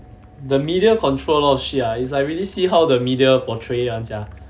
the media control a lot of shit ah it's like really see how the media portray one sia